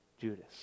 Judas